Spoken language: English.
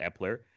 Epler